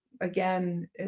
again